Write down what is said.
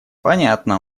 понятно